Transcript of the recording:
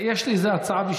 יש לי הצעה בשבילך.